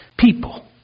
People